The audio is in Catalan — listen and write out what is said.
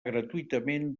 gratuïtament